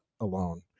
alone